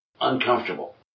uncomfortable